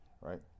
right